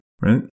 right